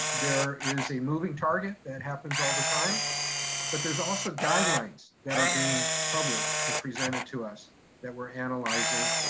there is a moving target that happens all the time but there's also guidelines that are being published and presented to us that we're analyzing.